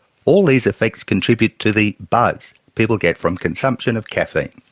all these effects contribute to the buzz people get from consumption of caffeine.